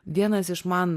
vienas iš man